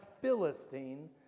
Philistine